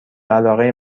علاقه